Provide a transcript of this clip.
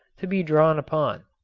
to be drawn upon.